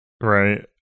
Right